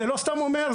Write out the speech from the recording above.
אני לא סתם אומר.